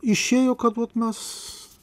išėjo kad vat mes